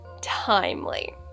timely